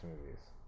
movies